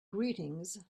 greetings